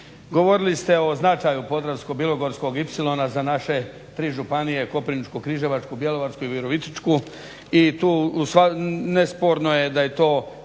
govorili ste o značaju Podravsko-bilogorskog ipsilona za naše tri županije Koprivničko-križevačku, Bjelovarsku i Virovitičku i tu nesporno je da je to